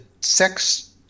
sex